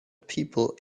people